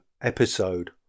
episode